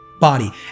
body